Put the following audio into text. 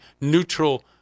neutral